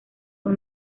son